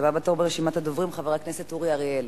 הבא בתור ברשימת הדוברים, חבר הכנסת אורי אריאל.